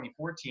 2014